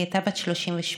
היא הייתה בת 38,